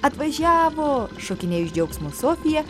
atvažiavo šokinėjo iš džiaugsmo sofija